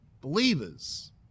believers